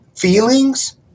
feelings